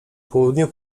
południu